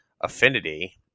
affinity